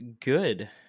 good